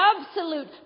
absolute